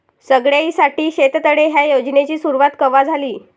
सगळ्याइसाठी शेततळे ह्या योजनेची सुरुवात कवा झाली?